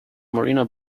marina